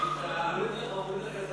חברי חברי הכנסת,